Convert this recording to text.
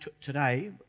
today